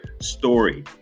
story